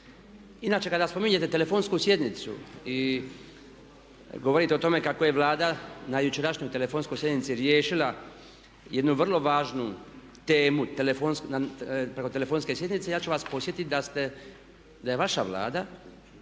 Inače kada spominjete telefonsku sjednicu i govorite o tome kako je Vlada na jučerašnjoj telefonskoj sjednici riješila jednu vrlo važnu temu preko telefonske sjednice ja ću vas podsjetiti da je vaša Vlada